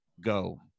Go